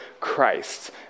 Christ